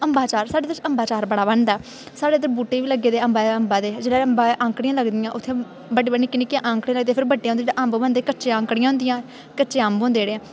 अम्बा दा चार साढ़े इद्धर अम्बा दा चा'र बड़ा बनदा साढ़े इद्धर बूह्टे बी लग्गे दे अम्बा दे जेह्ड़े अम्बा पर औंकड़ियां लगदियां नीं बड्डे बड्डे निक्के निक्के अम्कड़े होंदे जिसलै बड्डे होंदे अम्ब बनदे कच्ची औंकड़ियां होंदियां कच्चे अम्ब होंदे